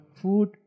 food